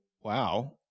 wow